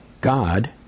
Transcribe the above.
God